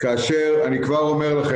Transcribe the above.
כאשר אני כבר אומר לכם,